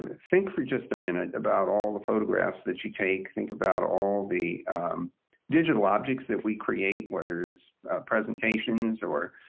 think for just a minute about all the photographs that you take, think about all of the digital objects that we create, whether it's presentations, or